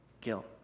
guilt